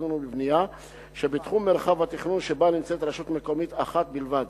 לתכנון ולבנייה שבתחום מרחב התכנון שלה נמצאת רשות מקומית אחת בלבד.